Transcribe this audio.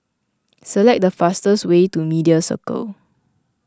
select the fastest way to Media Circle